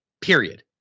period